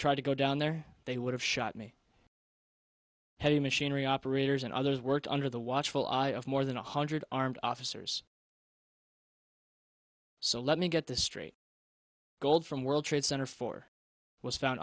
tried to go down there they would have shot me heavy machinery operators and others worked under the watchful eye of more than one hundred armed officers so let me get this straight gold from world trade center for was found